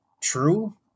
true